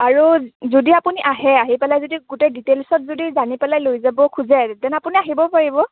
আৰু যদি আপুনি আহে আহি পেলাই যদি গোটেই ডিটেল্ছত যদি জানি পেলাই লৈ যাব খোজে তেতিয়াহ'লে আপুনি আহিব পাৰিব